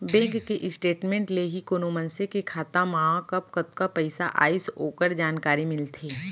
bank के statement ले ही कोनो मनसे के खाता मा कब कतका पइसा आइस ओकर जानकारी मिलथे